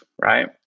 right